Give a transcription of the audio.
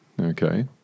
Okay